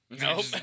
Nope